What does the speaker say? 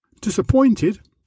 Disappointed